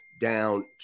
down